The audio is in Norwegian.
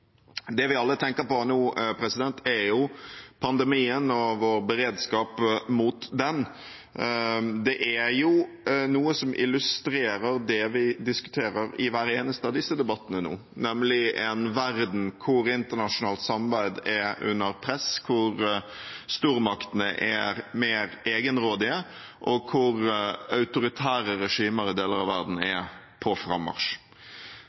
Det vi alle tenker på nå, er pandemien og vår beredskap mot den. Det er jo noe som illustrerer det vi diskuterer i hver eneste av disse debattene nå, nemlig en verden hvor internasjonalt samarbeid er under press, hvor stormaktene er mer egenrådige, og hvor autoritære regimer i deler av verden er på